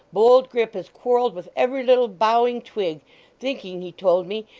bold grip, has quarrelled with every little bowing twig thinking, he told me,